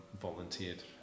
volunteered